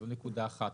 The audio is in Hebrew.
זו נקודה אחת.